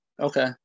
Okay